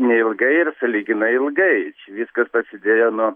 neilgai ir sąlyginai ilgai čia viskas prasidėjo nuo